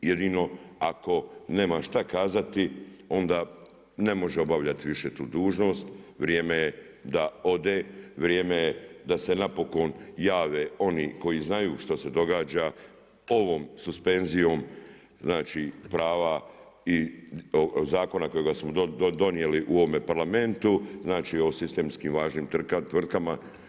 Jedino ako nema šta kazati onda ne može obavljati više tu dužnost, vrijeme je da ode, vrijeme je da se napokon jave oni koji znaju što se događa, ovom suspenzijom znači prava i zakona kojega smo donijeli u ovome Parlamentu, znači o sistemski važnim tvrtkama.